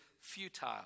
futile